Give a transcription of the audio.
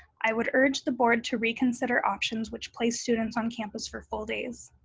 i would urge the board to reconsider options which place students on campus for full days.